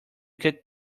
cut